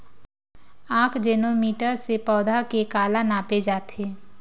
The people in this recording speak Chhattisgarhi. आकजेनो मीटर से पौधा के काला नापे जाथे?